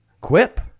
Quip